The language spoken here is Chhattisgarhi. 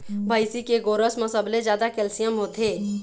भइसी के गोरस म सबले जादा कैल्सियम होथे